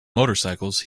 motorcycles